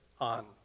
on